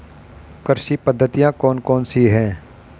कृषि पद्धतियाँ कौन कौन सी हैं?